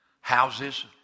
houses